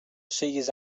siguis